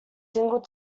single